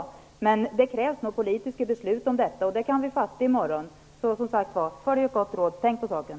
Men det krävs politiska beslut, och ett sådant kan vi fatta i morgon. Som sagt var: Följ ett god råd: Tänk på saken!